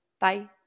Bye